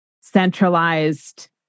centralized